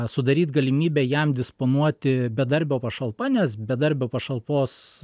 sudaryt galimybę jam disponuoti bedarbio pašalpa nes bedarbio pašalpos